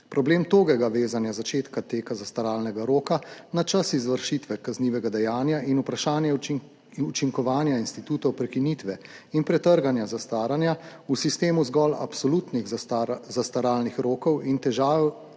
Problem togega vezanja začetka teka zastaralnega roka na čas izvršitve kaznivega dejanja in učinkovanja institutov prekinitve in pretrganja zastaranja v sistemu zgolj absolutnih zastaralnih rokov in težave